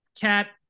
cat